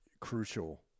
crucial